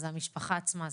זו המשפחה עצמה.